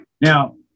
Now